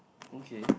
okay